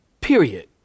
period